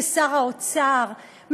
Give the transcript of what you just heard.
כשר האוצר,